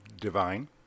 Divine